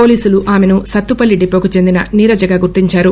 పోలీసులు ఆమెను సత్తుపల్లి డిపోకు చెందిన నీరజగా గుర్తించారు